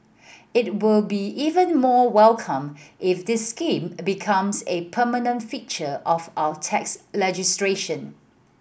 it will be even more welcomed if this scheme becomes a permanent feature of our tax legislation